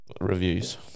reviews